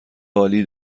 عالی